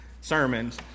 sermons